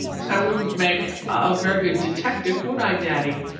i wouldn't make a very good detective, would i, daddy?